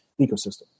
ecosystem